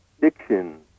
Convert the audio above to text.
diction